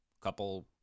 couple